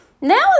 now